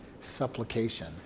supplication